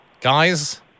Guys